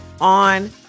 on